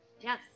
Yes